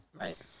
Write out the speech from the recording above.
right